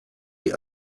die